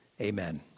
amen